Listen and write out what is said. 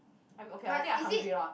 I'm okay I think I hungry lah